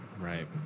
Right